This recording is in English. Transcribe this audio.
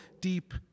deep